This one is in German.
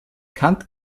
kant